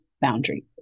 boundaries